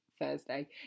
thursday